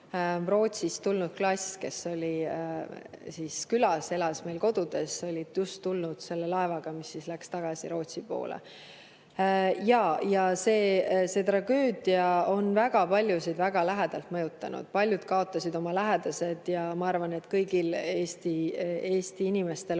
Rootsist tulnud klass külas, elas meil kodudes, nad olid just tulnud selle laevaga, mis siis läks tagasi Rootsi poole. Jaa, see tragöödia on väga paljusid väga lähedalt mõjutanud. Paljud kaotasid oma lähedased ja ma arvan, et kõigil Eesti inimestel